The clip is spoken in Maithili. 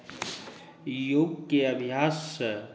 योगके अभ्याससँ